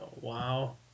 wow